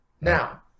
Now